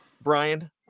Brian